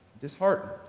Disheartened